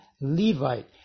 Levite